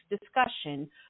discussion